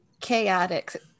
chaotic